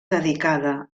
dedicada